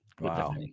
Wow